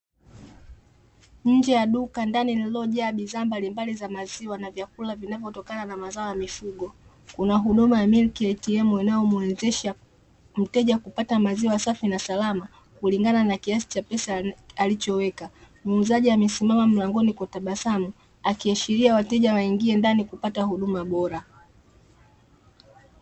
Nje ya duka ndani lilikojaa bidhaa mbalimbali za maziwa na vyakula vinavotokana na mazao ya mifuko, kuna huduma ya (milk ATM) inayomuwezesha mteja kupata maziwa safi na salama, kulingana na kiasi cha pesa alichoweka. Muuzaji amesimama mlangoni kwa tabasamu, akiashiria wateja waingine ndani kupata huduma bora.